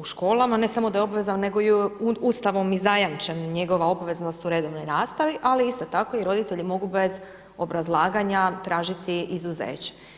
u školama, ne samo da je obvezan nego je i Ustavom i zajamčena njegova obveza u redovnoj nastavi ali isto tako i roditelji mogu bez obrazlaganja tražiti izuzeće.